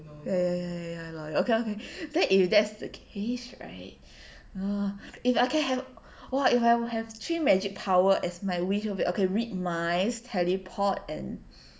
ya ya ya ya ya law~ okay okay then if that's the case right ah if I can have !wah! if I will have three magic power as my wish I'll be okay read minds teleport and